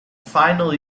final